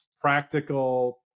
practical